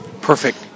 Perfect